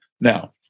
Now